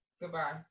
goodbye